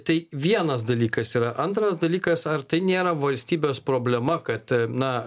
tai vienas dalykas yra antras dalykas ar tai nėra valstybės problema kad na